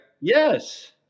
Yes